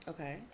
Okay